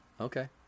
Okay